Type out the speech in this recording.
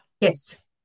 Yes